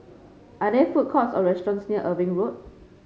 are there food courts or restaurants near Irving Road